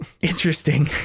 Interesting